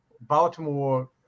Baltimore